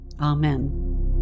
amen